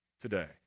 today